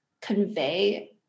convey